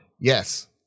Yes